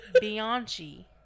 Bianchi